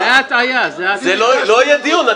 לא יהיה דיון.